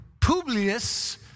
Publius